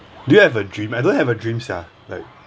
do you have a dream I don't have a dream sia like